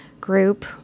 group